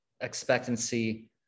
expectancy